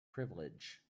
privilege